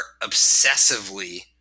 obsessively